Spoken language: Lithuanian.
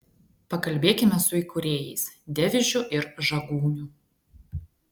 pakalbėkime su įkūrėjais devižiu ir žagūniu